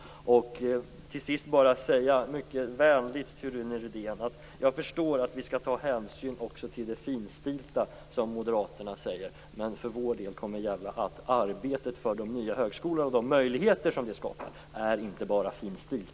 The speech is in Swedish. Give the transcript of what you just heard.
Till sist vill jag mycket vänligt säga till Rune Rydén att jag förstår att vi skall ta hänsyn också till det finstilta som Moderaterna säger. Men för vår del kommer det att gälla att arbetet för de nya högskolorna och de möjligheter som det skapar inte bara är finstilt.